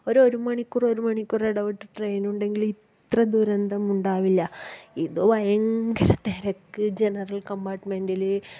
ഒര് ഒരു മണിക്കൂറൊരു മണിക്കൂറ് ഇടവിട്ടിട്ട് ട്രെയ്നുണ്ടങ്കിൽ ഇത്ര ദുരന്തമുണ്ടാവില്ല ഇത് ഭയങ്കര തിരക്ക് ജനറൽ കമ്പാർട്ട്മെൻറ്റില്